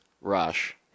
rush